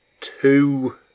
two